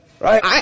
right